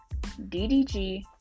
DDG